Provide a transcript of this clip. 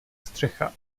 střechách